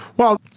well,